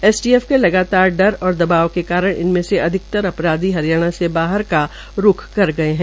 STF के लगातार डर और दबाव के कारण इनमें अधिकतर अपराधी हरियाणा से बाहर का रूख कर गये है